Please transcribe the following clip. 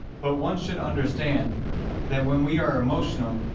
but one should understand that when we are emotional,